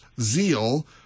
zeal